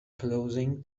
closing